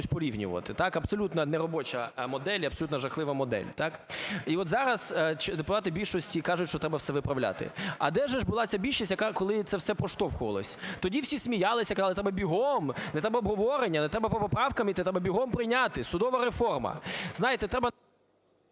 порівнювати. Абсолютно неробоча модель, абсолютно жахлива модель. І от зараз депутати більшості кажуть, що треба все виправляти. А де ж була ця більшість, коли це все проштовхувалось? Тоді всі сміялися, казали: треба бігом, не треба по поправкам іти, треба бігом прийняти – судова реформа. Знаєте, треба…